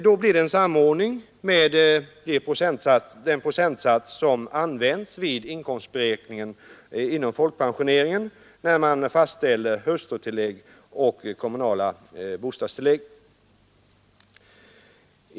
Då blir det en samordning med den procentsats som tillämpas vid inkomstberäkningen inom folkpensioneringen när man fastställer hustrutillägg och kommunala bostadstillägg.